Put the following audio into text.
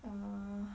uh